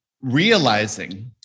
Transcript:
realizing